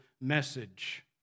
message